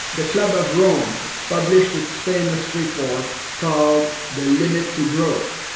the club of rome published its famous report called the limit to growth.